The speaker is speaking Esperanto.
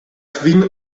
kvin